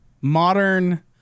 modern